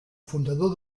fundador